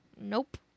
nope